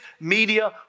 media